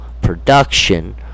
production